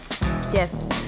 Yes